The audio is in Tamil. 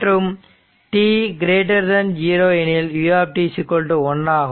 மற்றும் t0 எனில் u 1 ஆகும்